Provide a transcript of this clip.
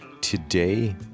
Today